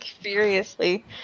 furiously